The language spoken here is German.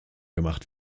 gemacht